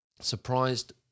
surprised